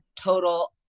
total